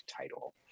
title